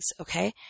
Okay